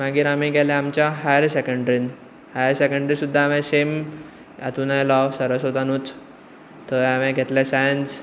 मागीर आमी गेले आमच्या हायर सेकेंडरींत हायरसेकेंडरी सुद्दां हांवें सेम हातून येयलो हांव सरस्वतानूच थंय हांवे घेतले सायन्स